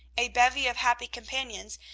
a bevy of happy companions,